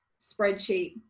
spreadsheet